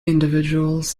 individuals